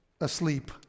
asleep